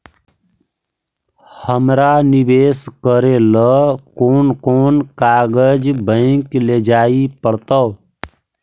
हमरा निवेश करे ल कोन कोन कागज बैक लेजाइ पड़तै?